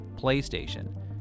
PlayStation